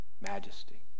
majesty